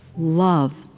love,